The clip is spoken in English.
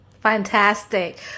Fantastic